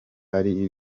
ari